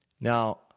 Now